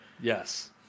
yes